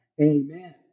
Amen